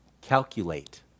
Calculate